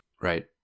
Right